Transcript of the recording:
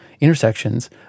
intersections